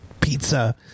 pizza